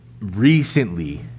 recently